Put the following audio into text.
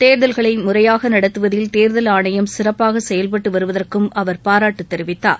தேர்தல்களை முறையாக நடத்துவதில் தேர்தல் ஆணையம் சிறப்பாக செயல்பட்டு வருவதற்கும் அவர் பாராட்டுத் தெரிவித்தார்